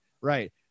Right